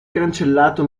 cancellato